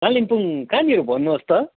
कालिम्पोङ कहाँनिर भन्नुहोस् त